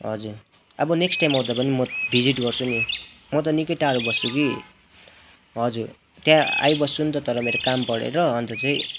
हजुर अब next time आउँदा पनि भिजिट गर्छु नि म त निक्कै टाढो बस्छु कि हजुर त्यहाँ आइबस्छु नि त तर त्यहाँ काम परेर अन्त चाहिँ